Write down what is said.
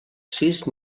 sis